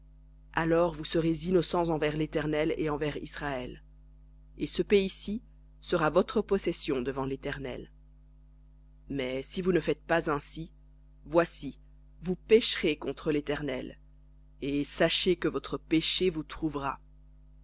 alors vous serez innocents envers l'éternel et envers israël et ce pays-ci sera votre possession devant léternel mais si vous ne faites pas ainsi voici vous pécherez contre l'éternel et sachez que votre péché vous trouvera